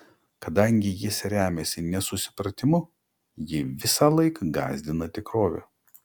kadangi jis remiasi nesusipratimu jį visąlaik gąsdina tikrovė